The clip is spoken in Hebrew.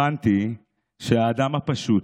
הבנתי שהאדם הפשוט,